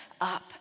up